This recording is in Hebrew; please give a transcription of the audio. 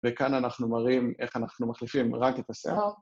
וכאן אנחנו מראים איך אנחנו מחליפים רק את השיער.